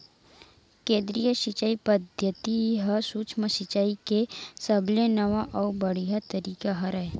केदरीय सिचई पद्यति ह सुक्ष्म सिचाई के सबले नवा अउ बड़िहा तरीका हरय